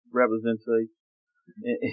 representation